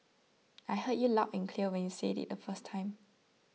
I heard you loud and clear when you said it the first time